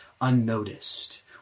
unnoticed